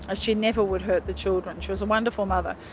ah she never would hurt the children. she was a wonderful mother.